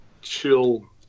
chill